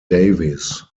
davies